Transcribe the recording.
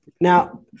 Now